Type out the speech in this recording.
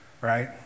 Right